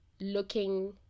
looking